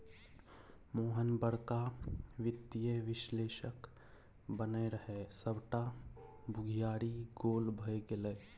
मोहन बड़का वित्तीय विश्लेषक बनय रहय सभटा बुघियारी गोल भए गेलै